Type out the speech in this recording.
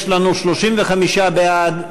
יש לנו 35 בעד,